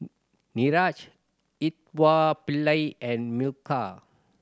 Niraj and Milkha